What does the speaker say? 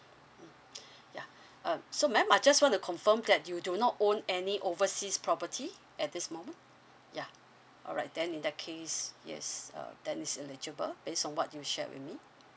ya uh so maam I just want to confirm that you do not own any overseas property at this moment ya alright then in that case yes uh that is eligible based on what you share with me